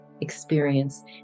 experience